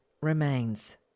remains